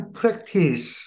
practice